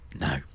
No